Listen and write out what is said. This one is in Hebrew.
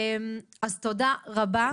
תודה רבה.